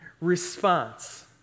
response